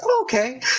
Okay